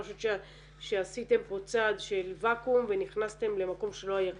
אני חושבת שעשיתם פה צעד של ואקום ונכנסתם למקום שלא היה כלום.